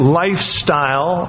lifestyle